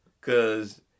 Cause